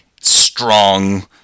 strong